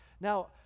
Now